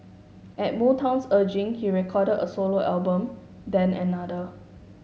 at Motown's urging he recorded a solo album then another